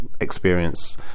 experience